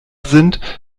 sind